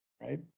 right